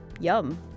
Yum